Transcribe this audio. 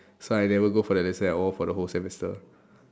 so I never go for that lesson at all for the whole semester